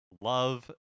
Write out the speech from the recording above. love